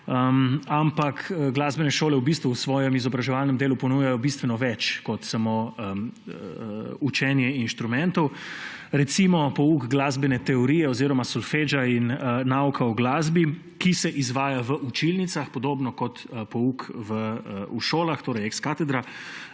Ampak glasbene šole v bistvu v svojem izobraževalnem delu ponujajo bistveno več kot samo učenje inštrumentov. Recimo pouk glasbene teorije oziroma solfeggia in nauka o glasbi, ki se izvaja v učilnicah podobno kot pouk v šolah, torej ex cathedra,